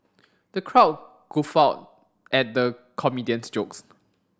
the crowd guffawed at the comedian's jokes